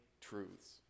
truths